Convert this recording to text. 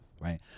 right